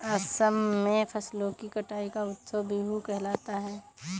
असम में फसलों की कटाई का उत्सव बीहू कहलाता है